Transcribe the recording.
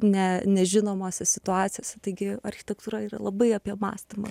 ne nežinomose situacijose taigi architektūra yra labai apie mąstymą